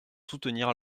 soutenir